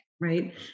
right